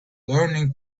learning